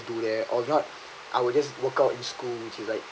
do that or not I will just workout in school which is like